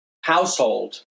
household